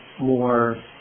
more